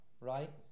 right